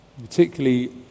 particularly